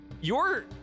your-